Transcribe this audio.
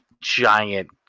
giant